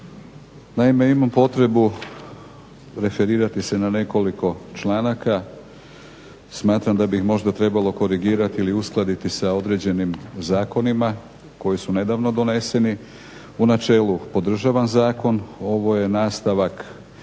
Naime, imam potrebu referirati se na nekoliko članaka. Smatram da bih ih možda trebalo korigirati ili uskladiti sa određenim zakonima koji su nedavno doneseni. U načelu podržavam zakon. Ovo je nastavak